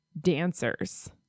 dancers